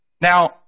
Now